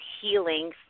healing